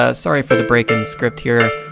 ah sorry for the break in script here.